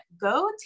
go